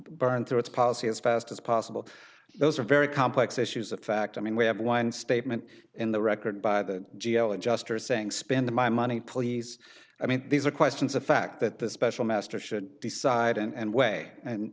burn through its policy as fast as possible those are very complex issues of fact i mean we have one statement in the record by the g l adjusters saying spend my money please i mean these are questions of fact that the special master should decide and way and